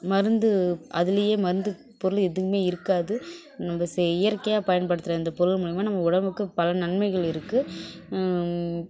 மருந்து அதுலேயே மருந்து பொருள் எதுவும் இருக்காது நம்ம செயற்கையாக பயன்படுத்துகிற இந்த பொருள் மூலிமா நம்ம உடம்புக்கு பல நன்மைகள் இருக்குது